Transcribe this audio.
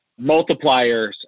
multipliers